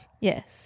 Yes